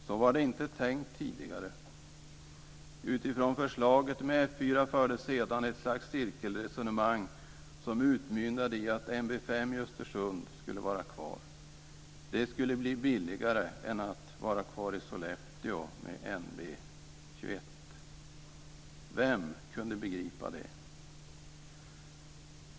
Så var det inte tänkt tidigare. Utifrån förslaget om F 4 fördes sedan ett slags cirkelresonemang som utmynnade i att NB 5 i Östersund skulle vara kvar. Det skulle bli billigare än att vara kvar i Sollefteå med NB 21. Vem kunde begripa det?